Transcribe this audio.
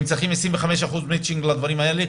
הם צריכים 25% מצ'ינג לדברים האלה,